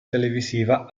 televisiva